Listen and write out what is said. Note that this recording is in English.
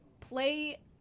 play